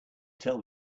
tell